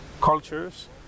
cultures